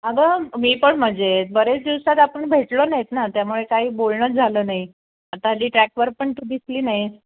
अगं मी पण मजेत बऱ्याच दिवसात आपण भेटलो नाही ना त्यामुळे काही बोलणंच झालं नाही आता हल्ली ट्रॅकवर पण तू दिसली नाही